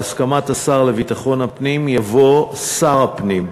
בהסכמת השר לביטחון הפנים" יבוא "שר הפנים,